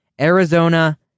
Arizona